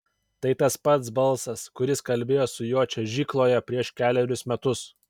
tai tas pats balsas kuris kalbėjo su juo čiuožykloje prieš kelerius metus